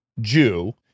Jew